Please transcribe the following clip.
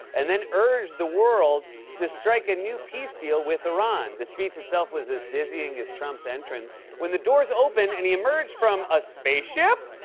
and then urged the world to strike a new peace deal with iran. the speech itself was as dizzying as trump's entrance, when the doors opened and he emerged from. a spaceship?